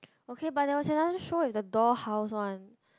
okay but there was another show with the dollhouse one